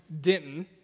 Denton